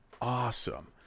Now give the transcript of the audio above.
awesome